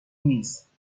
نیست